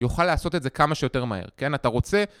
יוכל לעשות את זה כמה שיותר מהר, כן? אתה רוצה...